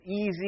easy